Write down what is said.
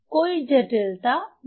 कोई जटिलता नहीं